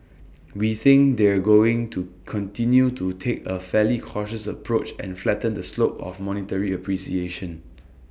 we think they're going to continue to take A fairly cautious approach and flatten the slope of monetary appreciation